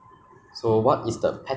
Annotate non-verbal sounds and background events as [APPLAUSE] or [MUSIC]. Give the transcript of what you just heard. [COUGHS] when they eat right